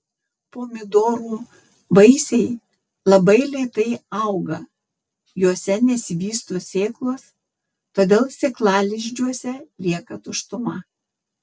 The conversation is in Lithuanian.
pomidorų vaisiai labai lėtai auga juose nesivysto sėklos todėl sėklalizdžiuose lieka tuštuma